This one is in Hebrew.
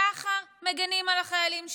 ככה מגינים על החיילים שלנו?